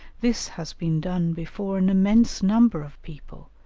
this has been done before an immense number of people,